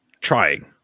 trying